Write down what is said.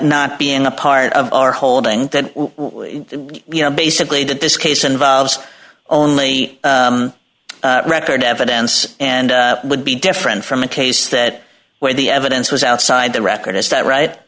not being a part of our holding that you know basically that this case involves only record evidence and would be different from a case that where the evidence was outside the record is that right